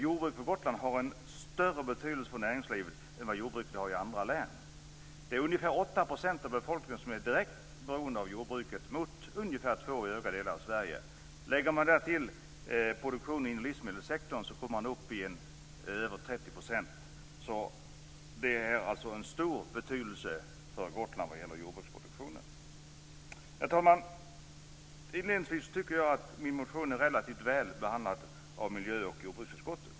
Jordbruket på Gotland har en större betydelse för näringslivet än vad jordbruket har i andra län. Det är ungefär 8 % av befolkningen som är direkt beroende av jordbruk mot ungefär 2 % i övriga delar av Sverige. Lägger man därtill produktionen inom livsmedelssektorn kommer man upp i över 30 %. Jordbruksproduktionen har alltså stor betydelse för Gotland. Herr talman! Inledningsvis vill jag säga att jag tycker att min motion är relativt väl behandlad av miljö och jordbruksutskottet.